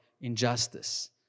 injustice